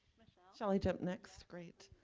michelle? shall i jump next, great.